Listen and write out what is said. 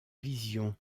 vision